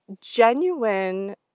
genuine